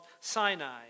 Sinai